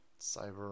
Cyber